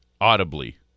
audibly